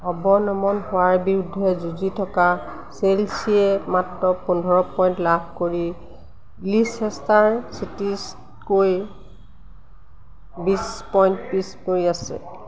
অৱনমন হোৱাৰ বিৰুদ্ধে যুঁজি থকা চেলছিয়ে মাত্ৰ পোন্ধৰ পইণ্ট লাভ কৰি লিচেষ্টাৰ চিটিচকৈ বিছ পইণ্ট পিছপৰি আছে